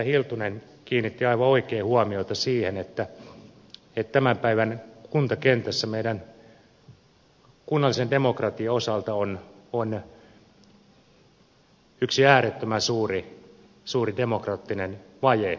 hiltunen kiinnitti aivan oikein huomiota siihen että tämän päivän kuntakentässä kunnallisen demokratian osalta on yksi äärettömän suuri demokraattinen vaje